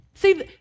See